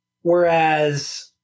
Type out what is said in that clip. whereas